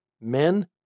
men